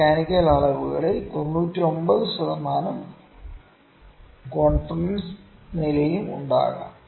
mechanical അളവുകളിൽ 99 ശതമാനം confidence നിലയും ഉണ്ടാകാം